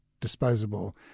disposable